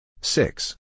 Six